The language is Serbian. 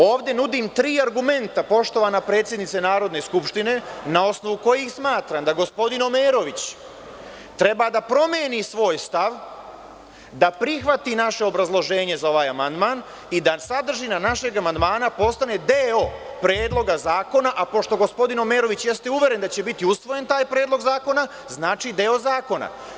Ovde nudim tri argumenta, poštovana predsednice Narodne skupštine na osnovu kojih smatram da gospodin Omerović treba da promeni svoj stav, da prihvati naše obrazloženje za ovaj amandman i da sadržina našeg amandman postane deo Predloga zakona, a pošto gospodin Omerović jeste uveren da će biti usvojen taj Predlog zakona, znači deo zakona.